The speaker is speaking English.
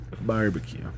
barbecue